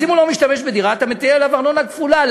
אז אם הוא לא משתמש בדירה אתה מטיל עליו ארנונה כפולה.